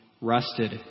rusted